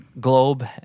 globe